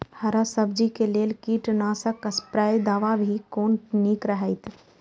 हरा सब्जी के लेल कीट नाशक स्प्रै दवा भी कोन नीक रहैत?